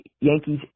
Yankees